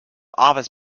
office